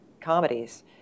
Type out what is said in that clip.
comedies